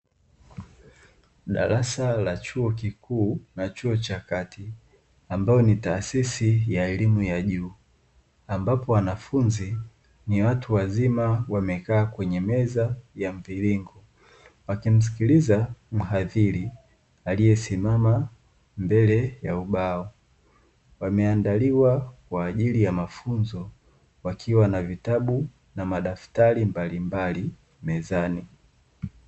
Darasa la chuo kikuu na chuo cha kati ambayo ni taasisi ya elimu ya juu, ambapo wanafunzi ni watu wazima wamekaa kwenye meza ya mviringo. Wakimsikiliza mhadhiri aliyesimama mbele ya ubao. Wameandaliwa kwa ajili ya mafunzo, wakiwa na vitabu na madaftari mbalimbali mezani.